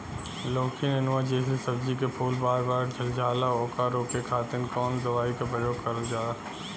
लौकी नेनुआ जैसे सब्जी के फूल बार बार झड़जाला ओकरा रोके खातीर कवन दवाई के प्रयोग करल जा?